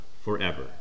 forever